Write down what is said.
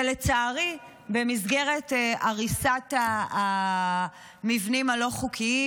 ולצערי, במסגרת הריסת המבנים הלא-חוקיים,